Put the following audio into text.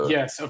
Yes